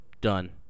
Done